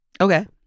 Okay